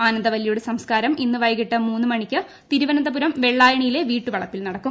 ആന്ട്വല്ലിയുടെ സംസ്കാരം ഇന്ന് വൈകിട്ട് മൂന്ന് മണിക്ക് തിരൂ്പ്പനന്ത്പുരം വെള്ളായണിയിലെ വീട്ടു വളപ്പിൽ നടക്കും